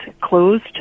closed